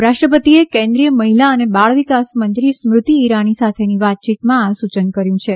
ઉપરાષ્ટ્રપતિએ કેન્દ્રિય મહિલા અને બાળવિકાસમંત્રી સ્મૃતિ ઇરાની સાથેની વાતચીતમાં આ સૂચન કર્યું હતું